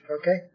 okay